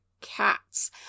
cats